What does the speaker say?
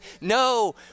no